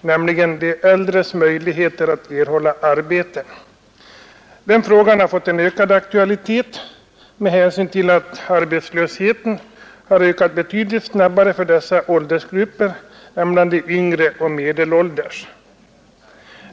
nämligen de äldres möjligheter att erhålla arbete. Den frågan har fått en ökad aktualitet med hänsyn till att arbetslösheten har ökat betydligt snabbare för dessa åldersgrupper än bland de yngre och medelålders.